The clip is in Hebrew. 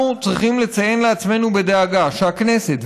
אנחנו צריכים לציין לעצמנו בדאגה שהכנסת,